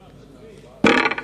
תודה רבה.